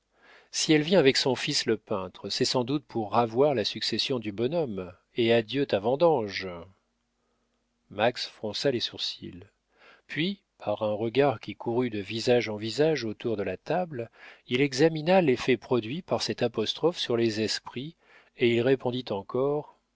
si elle vient avec son fils le peintre c'est sans doute pour r'avoir la succession du bonhomme et adieu ta vendange max fronça les sourcils puis par un regard qui courut de visage en visage autour de la table il examina l'effet produit par cette apostrophe sur les esprits et il répondit encore